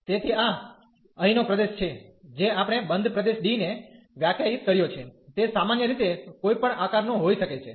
તેથી આ અહીંનો પ્રદેશ છે જે આપણે બંધ પ્રદેશ D ને વ્યાખ્યાયિત કર્યો છે તે સામાન્ય રીતે કોઈપણ આકાર નો હોઈ શકે છે